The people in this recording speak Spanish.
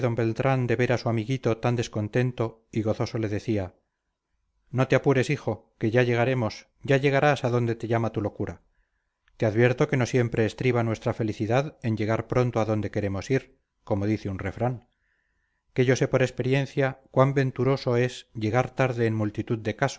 beltrán de ver a su amiguito tan descontento y gozoso le decía no te apures hijo que ya llegaremos ya llegarás a donde te llama tu locura te advierto que no siempre estriba nuestra felicidad en llegar pronto a donde queremos ir como dice un refrán que yo sé por experiencia cuán venturoso es llegar tarde en multitud de